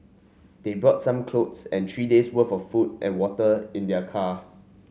they brought some clothes and three days' worth of food and water in their car